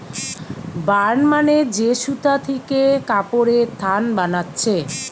burn মানে যে সুতা থিকে কাপড়ের খান বানাচ্ছে